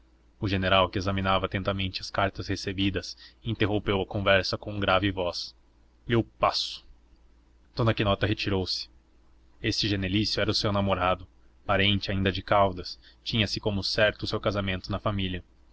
o general que examinava atentamente as cartas recebidas interrompeu a conversa com voz grave eu passo dona quinota retirou-se este genelício era o seu namorado parente ainda de caldas tinha-se como certo o seu casamento na família